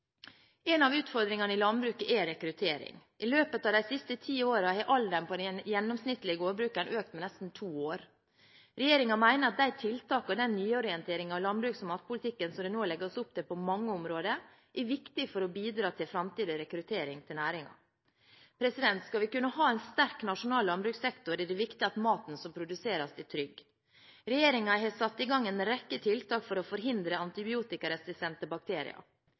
Én av utfordringene i landbruket er rekruttering. I løpet av de siste ti årene har alderen på den gjennomsnittlige gårdbrukeren økt med nesten to år. Regjeringen mener at de tiltak og den nyorienteringen av landbruks- og matpolitikken som det nå legges opp til på mange områder, er viktig for å bidra til framtidig rekruttering til næringen. Skal vi kunne ha en sterk nasjonal landbrukssektor, er det viktig at maten som produseres, er trygg. Regjeringen har satt i gang en rekke tiltak for å forhindre antibiotikaresistente bakterier.